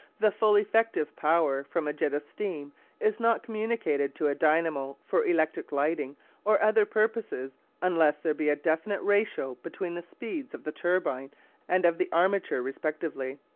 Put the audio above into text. the full effective power from a jet of steam is not communicated to a dynamo for electric lighting or other purposes unless there be a definite ratio between the speeds of the turbine and of the armature respectively.